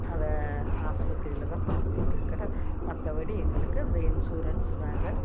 அதை ஆஸ்பத்திரியில் தான் பார்த்துட்ருக்குறோம் மற்றபடி எங்களுக்கு அந்த இன்சூரன்ஸ் நாங்கள்